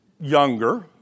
younger